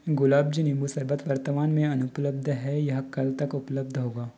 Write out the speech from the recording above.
गुलाबज नींबू शरबत वर्तमान में अनुपलब्ध है यह कल तक उपलब्ध होगा